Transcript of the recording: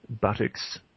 buttocks